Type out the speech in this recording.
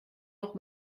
noch